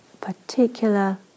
particular